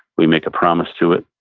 we make a promise to it,